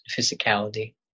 physicality